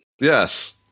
Yes